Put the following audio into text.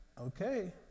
okay